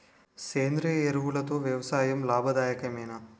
సేంద్రీయ ఎరువులతో వ్యవసాయం లాభదాయకమేనా?